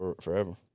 forever